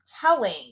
telling